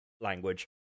language